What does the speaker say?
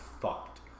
fucked